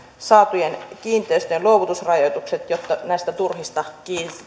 saatujen kiinteistöjen luovutusrajoitukset jotta näistä turhista